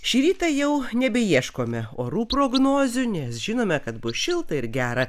šį rytą jau nebeieškome orų prognozių nes žinome kad bus šilta ir gera